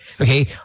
okay